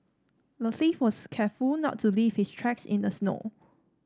the thief was careful not leave his tracks in the snow